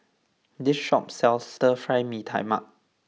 this shop sells Stir Fry Mee Tai Mak